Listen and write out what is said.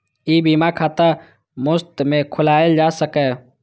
ई बीमा खाता मुफ्त मे खोलाएल जा सकैए